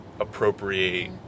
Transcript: appropriate